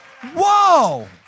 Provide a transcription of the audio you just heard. Whoa